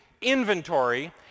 inventory